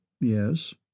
Yes